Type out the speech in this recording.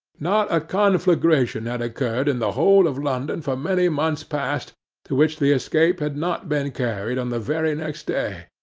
not a conflagration had occurred in the whole of london for many months past to which the escape had not been carried on the very next day,